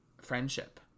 friendship